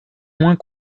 moins